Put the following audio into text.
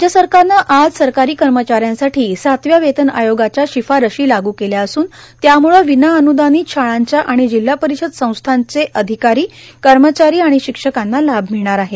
राज्य सरकारनं आज सरकारी कर्मचाऱ्यासाठी सातव्या वेतन आयोगाच्या शिफारशी लागू केल्या असून यामूळं विना अनुदानित शाळांच्या आणि जिल्हा परिषद संस्थांच्या अधिकारी कर्मचारी आणि शिक्षकांना लाभ मिळणार आहे